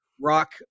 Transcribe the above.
rock